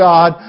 God